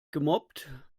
gemobbt